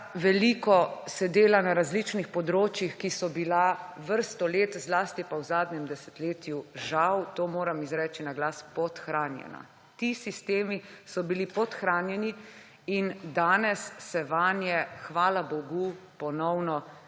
veliko se dela na različnih področjih, ki so bila vrsto let, zlasti pa v zadnjem desetletju žal, to moram izreči na glas, podhranjena. Ti sistemi so bili podhranjeni in danes se vanje, hvala bogu, ponovno